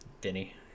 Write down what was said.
denny